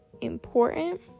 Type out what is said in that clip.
important